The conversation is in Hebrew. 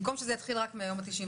במקום שזה יתחיל רק מהיום ה-91,